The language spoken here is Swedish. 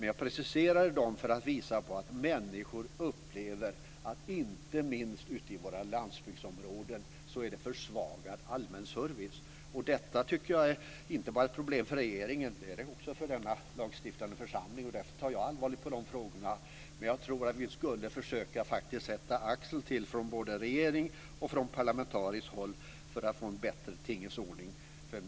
Jag preciserade frågan för att visa på att människor inte minst ute i våra landsbygdsområden upplever att det är en försvagad allmänservice. Detta är inte bara ett problem för regeringen. Det är också ett problem för denna lagstiftande församling. Därför tar jag allvarligt på de frågorna. Jag tror att vi borde försöka sätta axeln till från regeringen och från parlamentariskt håll för att få en bättre tingens ordning.